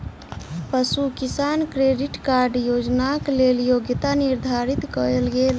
पशु किसान credit card योजनाक लेल योग्यता निर्धारित कयल गेल